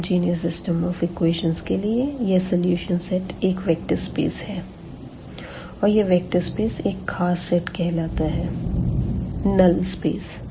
homogeneous system of equation के लिए यह सलूशन सेट एक वेक्टर स्पेस है और यह वेक्टर स्पेस एक ख़ास सेट कहलाता है नल्ल स्पेस